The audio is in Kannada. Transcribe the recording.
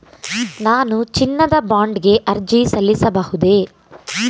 ನಾನು ಚಿನ್ನದ ಬಾಂಡ್ ಗೆ ಅರ್ಜಿ ಸಲ್ಲಿಸಬಹುದೇ?